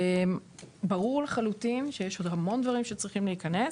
ברור לחלוטין שיש עוד המון דברים שצריכים להיכנס,